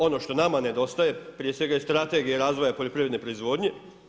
Ono što nama nedostaje, prije svega je strategija razvoja poljoprivredne proizvodnje.